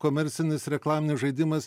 komercinis reklaminis žaidimas